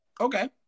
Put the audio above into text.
Okay